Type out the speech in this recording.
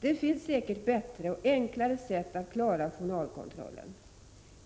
Det finns säkert bättre och enklare sätt att klara journalkontrollen.